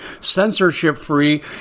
censorship-free